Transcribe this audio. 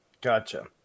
Gotcha